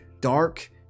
Dark